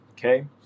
Okay